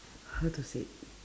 how to say